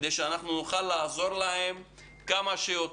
ונוכל לעזור להם כמה שיותר.